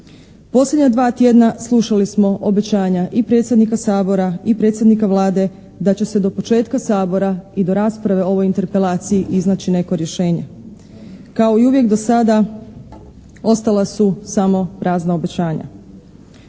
Posljednja dva tjedna slušali smo obećanja i predsjednika Sabora i predsjednika Vlade da će se do početka Sabora i do rasprave o ovoj interpelaciji iznaći neko rješenje. Kao i uvijek do sada ostala su samo prazna obećanja.